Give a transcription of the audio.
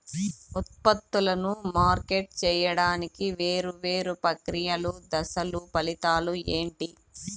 ఉత్పత్తులను మార్కెట్ సేయడానికి వేరువేరు ప్రక్రియలు దశలు ఫలితాలు ఏంటి?